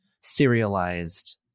serialized